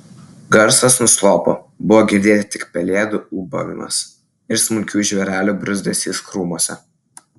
garsas nuslopo buvo girdėti tik pelėdų ūbavimas ir smulkių žvėrelių bruzdesys krūmuose